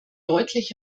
deutlich